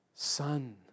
Son